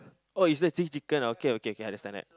oh is the same chicken okay okay can understand that